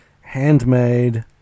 handmade